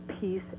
peace